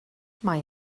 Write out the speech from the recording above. mae